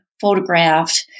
photographed